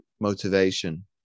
motivation